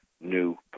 new